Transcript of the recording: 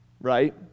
right